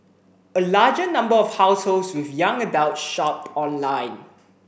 a larger number of households with young adult shopped online